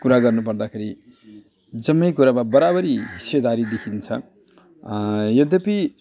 कुरा गर्नु पर्दाखेरि जम्मै कुरामा बराबरी हिस्सेदारी देखिन्छ यद्यपि